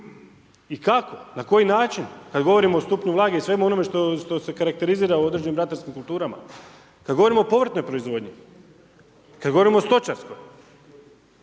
i kako? Na koji način? Kada govorimo o stupnju vlage i svemu onome što se karakterizira o određenim ratarskim kulturama. Kada govorimo o povrtnoj proizvodnji, kada govorimo o stočarskoj.